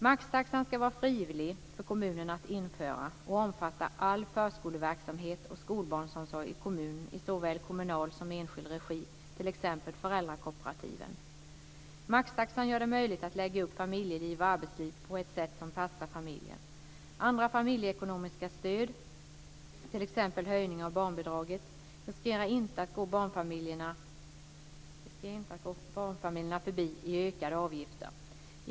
Maxtaxan ska vara frivillig för kommunerna att införa och omfatta all förskoleverksamhet och skolbarnsomsorg i kommunen i såväl kommunal som enskild regi, t.ex. föräldrakooperativen. Maxtaxan gör det möjligt att lägga upp familjeliv och arbetsliv på ett sätt som passar familjen. Andra familjeekonomiska stöd, t.ex. höjning av barnbidraget, riskerar inte att gå barnfamiljerna förbi i ökade avgifter.